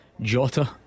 Jota